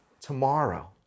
tomorrow